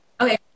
okay